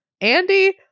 Andy